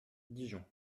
dijon